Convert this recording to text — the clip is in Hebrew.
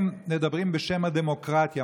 הם מדברים בשם הדמוקרטיה,